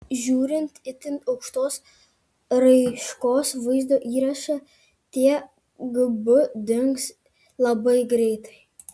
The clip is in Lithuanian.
žiūrint itin aukštos raiškos vaizdo įrašą tie gb dings labai greitai